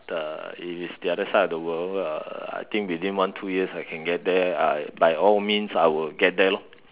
uh if it's the other side of the world uh I think within one two years if I can get there I by all means I will get there lor